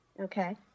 Okay